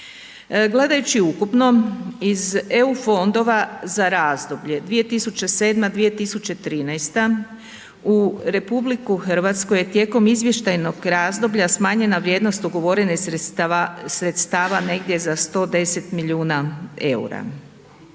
Gledajući ukupno, iz EU fondova za razdoblje 2007.-2013. u RH je tijekom izvještajnog razdoblja smanjena vrijednost ugovorenih sredstava negdje za 110 milijuna EUR-a.